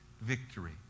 victory